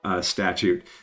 statute